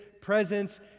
presence